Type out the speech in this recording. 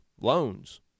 loans